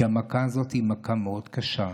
כי המכה הזאת היא מכה מאוד קשה.